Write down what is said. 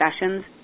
sessions